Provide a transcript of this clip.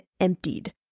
emptied